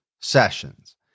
sessions